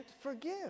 forgive